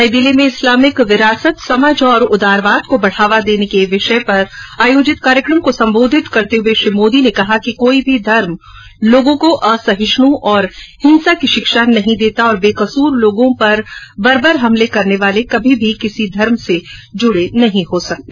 नई दिल्ली में इस्लामिक विरासत समझ और उदारवाद को बढ़ावा देने विषय पर कार्यक्रम को संबोधित करते हुए श्री मोदी ने कहा कि कोई भी धर्म लोगों को असहिष्णु और हिंसा की शिक्षा नहीं देता और बेकसूर लोगों पर बर्बर हमले करने वाले कभी भी किसी धर्म से जूड़े नहीं हो सकते